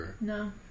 No